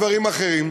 דברים אחרים,